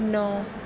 ਨੌਂ